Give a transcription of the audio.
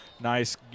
Nice